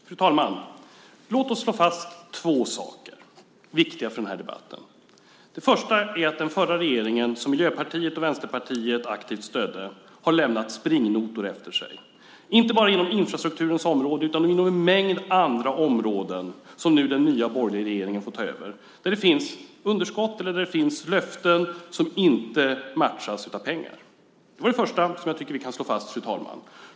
Fru talman! Låt oss slå fast två saker som är viktiga för den här debatten. Det första är att den förra regeringen, som Miljöpartiet och Vänsterpartiet aktivt stödde, lämnade springnotor efter sig. Det gäller inte bara på infrastrukturens område utan också på en mängd andra områden som den nya borgerliga regeringen nu får ta över, områden där det finns underskott eller löften som inte matchas av pengar. Det är det första jag tycker att vi kan slå fast, fru talman.